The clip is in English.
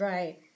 Right